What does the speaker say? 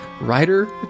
Writer